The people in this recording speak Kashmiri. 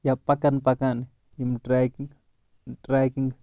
یا پکان پکان یِم ٹریکنٛگ یِم ٹریکنٛگ